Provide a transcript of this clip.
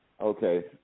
Okay